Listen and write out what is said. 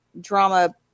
drama